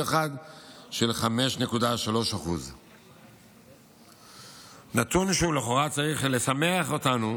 של 5.3%. נתון שלכאורה צריך לשמח אותנו: